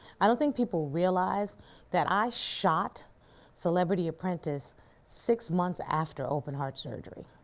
i don't think people realize that i shot celebrity apprentice six months after open heart surgery.